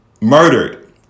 murdered